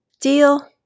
Deal